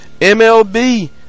MLB